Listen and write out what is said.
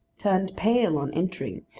turned pale on entering,